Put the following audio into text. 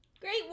great